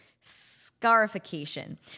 scarification